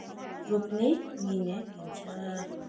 रोप्ने निर्णय लिन्छ